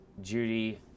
Judy